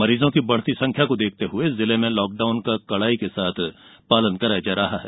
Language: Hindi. मरीजों की बढ़ती संख्या को देखते हुए लॉकडाउन का कड़ाई से पालन कराया जा रहा है